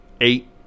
eight